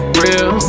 real